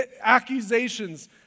Accusations